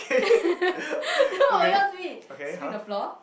then what you want to ask me sweeping the floor